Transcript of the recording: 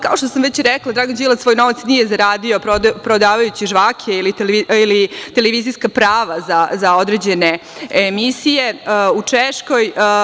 Kao što sam već rekla, Dragan Đilas svoj novac nije zaradio prodajući žvake ili televizijska prava za određene emisije u Češkoj.